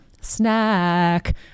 Snack